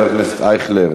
חבר הכנסת אייכלר,